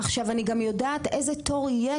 עכשיו אני גם יודעת איזה תור יש,